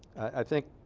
i think